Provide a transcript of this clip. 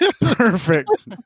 Perfect